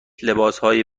لباسهای